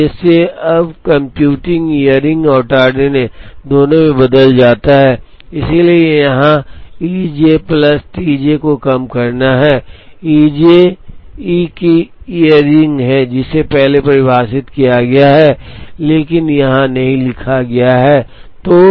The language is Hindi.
इसलिए उद्देश्य अब कंप्यूटिंग ईयररिंग और टार्डनेस दोनों में बदल जाता है इसलिए यहां E J plus T J को कम करना है ई जे ई की ईयररिंग है जिसे पहले परिभाषित किया गया है लेकिन यहां नहीं लिखा गया है